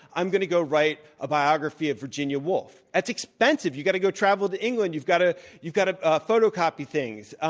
going to go write a biography of virginia woolf. that's expensive. you got to go travel to england. you've got to you've got to ah photocopy things.